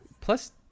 Plus